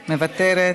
מוותרת,